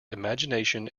imagination